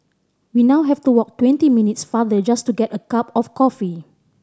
we now have to walk twenty minutes farther just to get a cup of coffee